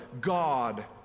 God